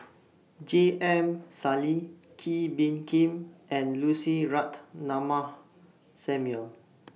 J M Sali Kee Bee Khim and Lucy Ratnammah Samuel